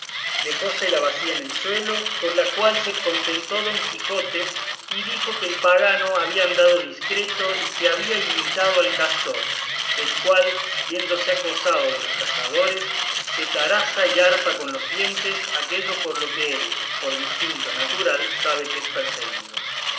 viento dejóse la bacía en el suelo con la cual se contentó don quijote y dijo que el pagano había andado discreto y que había imitado al castor el cual viéndose acosado de los cazadores se taraza y arpa con los dientes aquéllo por lo que él por distinto natural sabe que es perseguido